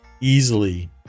easily